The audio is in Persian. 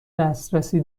دسترسی